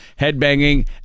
headbanging